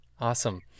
awesome